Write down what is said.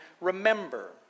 remember